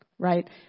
Right